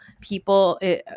people